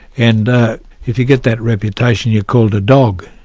and if you get that reputation you're called a dog,